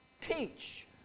teach